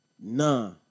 Nah